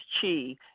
Chi